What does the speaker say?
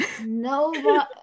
no